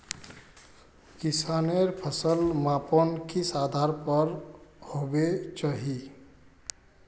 किसानेर फसल मापन किस आधार पर होबे चही?